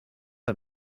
are